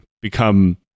become